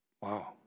Wow